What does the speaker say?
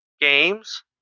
games